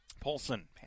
Paulson